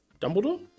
Dumbledore